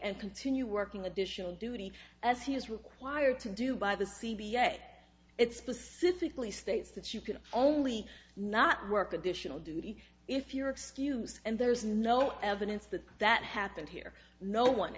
and continue working additional duty as he is required to do by the c b yet it specifically states that you can only not work additional duty if you're excused and there's no evidence that that happened here no one